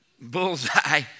bullseye